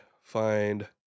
find